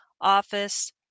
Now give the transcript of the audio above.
office